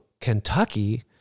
Kentucky